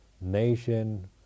nation